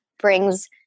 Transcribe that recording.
brings